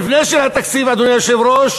המבנה של התקציב, אדוני היושב-ראש,